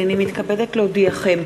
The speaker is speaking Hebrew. הנני מתכבדת להודיעכם,